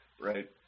Right